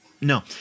No